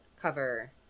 cover